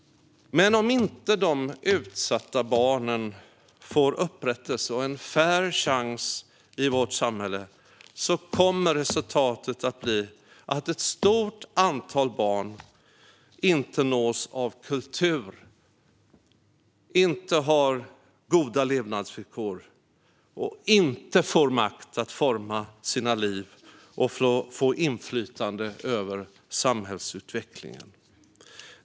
Men om inte de utsatta barnen får upprättelse och en fair chans i vårt samhälle kommer resultatet att bli ett stort antal barn som inte nås av kultur, inte får goda levnadsvillkor och inte har makt att forma sina liv och få inflytande över samhällsutvecklingen.